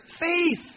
faith